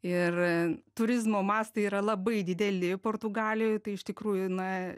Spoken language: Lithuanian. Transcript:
ir turizmo mastai yra labai dideli portugalijoj tai iš tikrųjų na